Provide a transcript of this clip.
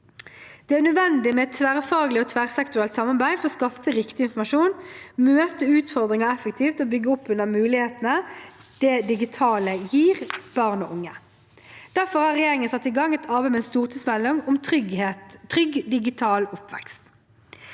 Det er nødvendig med et tverrfaglig og tverrsektorielt samarbeid for å skaffe riktig informasjon, møte utfordringer effektivt og bygge opp under mulighetene det digitale gir barn og unge. Derfor har regjeringen satt i gang et arbeid med en stortingsmelding om trygg digital oppvekst.